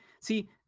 See